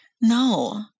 No